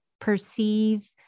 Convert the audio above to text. perceive